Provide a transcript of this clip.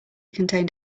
contained